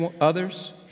others